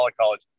college